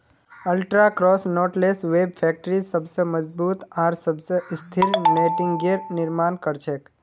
ultra cross knotless web factory सबस मजबूत आर सबस स्थिर नेटिंगेर निर्माण कर छेक